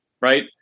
right